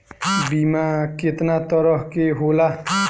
बीमा केतना तरह के होला?